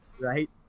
right